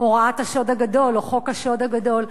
"הוראת השוד הגדול" או "חוק השוד הגדול".